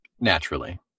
Naturally